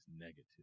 negative